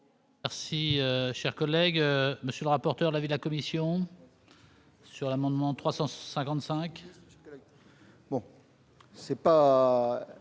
Merci, cher collègue, monsieur le rapporteur de l'avis de la commission. Sur l'amendement 355.